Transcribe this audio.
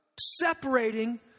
separating